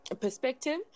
perspective